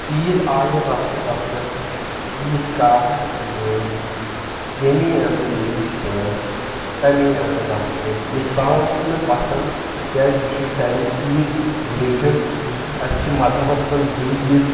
عیٖد آیہِ رَسہٕ رسہٕ عیٖد کاہ کَسوٲے ییٚمہِ اندٕ نبی صٲب تَمہِ اندٕ وَسوٲے یہِ سانٛگ چھُ مےٚ پسنٛد تِکیازِ یہِ چھُ سانہِ عیٖد رِلیٹِڈ اَسہِ چھِ مزہبس منٛز زٕ عیٖذ